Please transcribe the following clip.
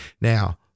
Now